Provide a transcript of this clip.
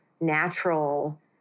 natural